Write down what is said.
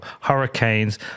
hurricanes